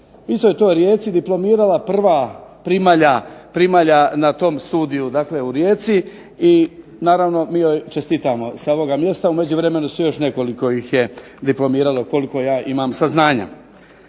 istoj toj Rijeci diplomirala prva primalja na tom studiju u Rijeci i naravno mi joj čestitamo sa ovoga mjesta. U međuvremenu još nekoliko ih je diplomiralo, koliko ja imam saznanja.